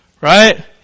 Right